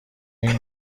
این